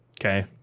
Okay